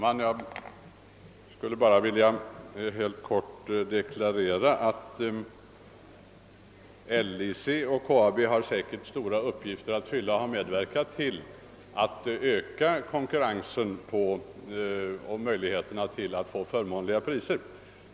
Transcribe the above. Herr talman! Jag skulle helt kort vilja deklarera att LIC och KAB säkert har stora uppgifter att fylla. De har väl också medverkat till att öka konkurrensen och därigenom möjligheterna att få förmånligare priser.